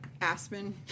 Aspen